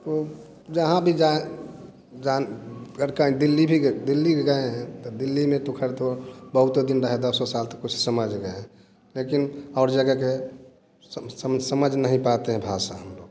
तो जहाँ भी जाएँ कहीं दिल्ली भी गए दिल्ली भी गए हैं तो दिल्ली में तो खैर तो बहुत दिन रहे दसों साल तो कुछ समझ गए हैं लेकिन और जगह गए समझ नहीं पाते हैं भाषा हम लोग